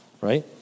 Right